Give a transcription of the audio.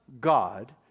God